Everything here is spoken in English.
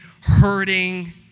hurting